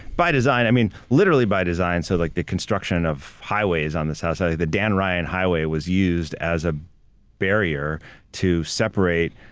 by design, i mean literally by design. so like the construction of highways on the south side, the dan ryan highway was used as a barrier to separate